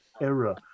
error